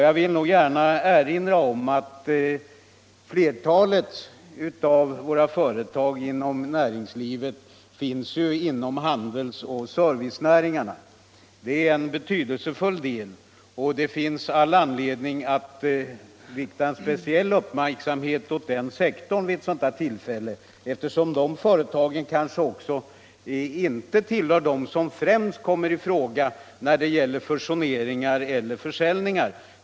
Jag vill därför gärna erinra om att flertalet av våra mindre företag inom näringslivet finns inom handeln och servicenäringarna. De är en betydelsefull del av näringslivet, och det finns all anledning att rikta speciell uppmärksamhet på den sektorn vid ett sådant här tillfälle, eftersom de företagen kanske inte främst kommer i fråga vid fusioner och försäljningar.